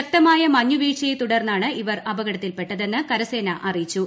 ശക്തമായ മഞ്ഞു വീഴ്ചയെ തുടർന്നാണ് ഇവർ അപകടത്തിൽപ്പെട്ടതെന്ന് കരസേന അറിയിച്ചു